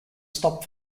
stopped